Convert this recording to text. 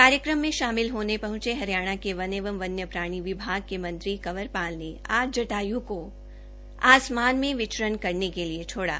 कार्यक्रम में शामिल होने केन्द्र पहंचे हरियाणा के वन एवं वन्य प्रणाली विभाग के मत्री कंवर पाल ने आठ जटाय् को आसमान में विचरण करने के लिए छोड़ा